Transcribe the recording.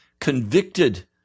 convicted